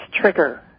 trigger